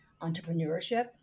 entrepreneurship